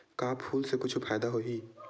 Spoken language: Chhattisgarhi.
का फूल से कुछु फ़ायदा होही?